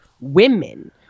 women